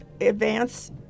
advance